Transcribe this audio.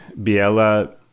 Biella